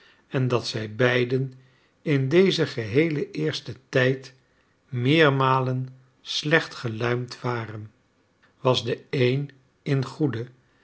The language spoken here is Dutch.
en dat zij beiden in dezen geheelen eersten tijd meermalen slecht geluimd waren was de een in goede